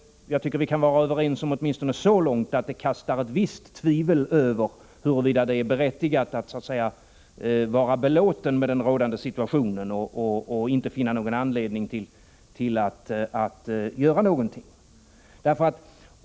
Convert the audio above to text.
Jag tycker att vi åtminstone kan vara överens så långt att det här uppstår ett visst tvivel om huruvida det är berättigat att vara belåten med den rådande situationen och inte finna någon anledning till att göra någonting.